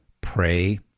pray